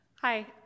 Hi